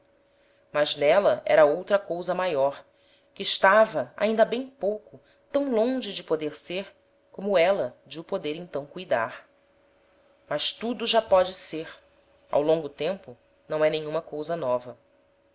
mas n'éla era outra cousa maior que estava ainda ha bem pouco tam longe de poder ser como éla de o poder então cuidar mas tudo já póde ser ao longo tempo não é nenhuma cousa nova